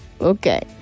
okay